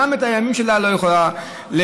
גם את הימים שלה לא יכולה לנצל.